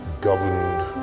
governed